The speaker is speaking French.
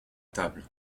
table